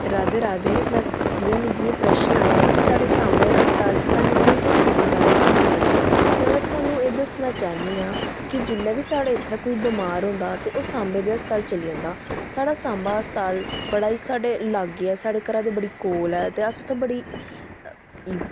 राधे राधे में जि'यां मिगी एह् प्रश्न आया ऐ कि साढ़े साम्बै अस्पताल च सानूं केह् केह् सुबधाएं थ्होंदियां न में तुहानूं एह् दस्सना चाह्न्नी आं के जिसलै बी साढ़े इत्थै कोई बमार होंदा ते ओह् साम्बे दे अस्पाताल च चली जंदा साढ़ा साम्बा अस्पाताल बड़ा ही साढ़े लाग्गै ऐ साढ़े घरै दे बड़ी कोल ऐ ते अस उत्थै बड़ी ईजी